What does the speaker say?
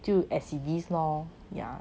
就 as it is lor